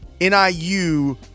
NIU